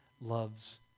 loves